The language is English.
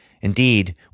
Indeed